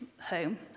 home